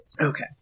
Okay